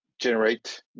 generate